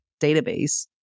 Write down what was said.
database